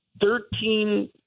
Thirteen